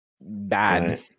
bad